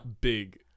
big